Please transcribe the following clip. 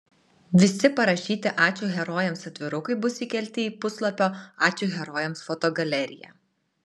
visi parašyti ačiū herojams atvirukai bus įkelti į puslapio ačiū herojams fotogaleriją